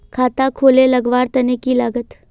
खाता खोले लगवार तने की लागत?